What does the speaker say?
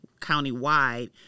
countywide